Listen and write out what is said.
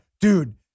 dude